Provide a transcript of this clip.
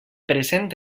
present